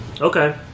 Okay